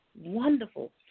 wonderful